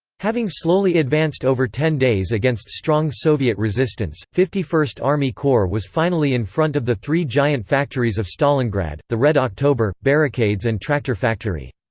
having slowly advanced over ten days against strong soviet resistance, fifty first army corps was finally in front of the three giant factories of stalingrad the red october, barricades and tractor factory.